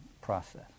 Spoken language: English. process